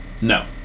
No